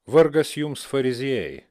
vargas jums fariziejai